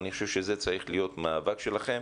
אני חושב שזה צריך להיות המאבק שלכם.